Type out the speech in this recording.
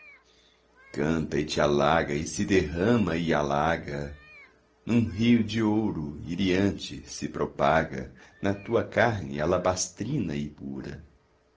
canta e te alaga e se derrama e alaga num rio de ouro iriante se propaga na tua carne alabastrina e pura